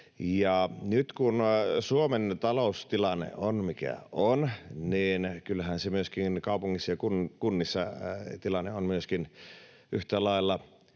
Nyt kun Suomen taloustilanne on mikä on, niin kyllähän myöskin kaupungeissa ja kunnissa tilanne on yhtä lailla